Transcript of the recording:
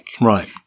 right